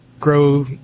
grow